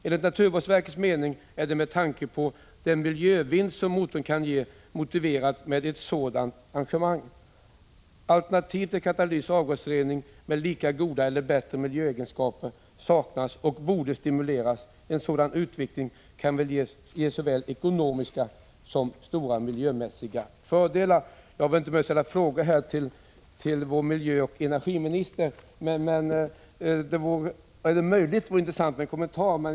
Enligt naturvårdsverkets mening är det med tanke på den miljövinst som motorn kan ge motiverat med ett sådant engagemang. Alternativ till 7 katalytisk avgasrening med lika goda eller bättre miljöegenskaper saknas och borde stimuleras. En sådan utveckling kan ge såväl ekonomiska som miljömässiga fördelar.” Jag behöver inte ställa någon fråga till vår miljöoch energiminister, men det vore intressant med en kommentar.